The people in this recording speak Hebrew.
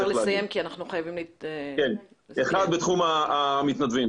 אחת, בתחום המתנדבים.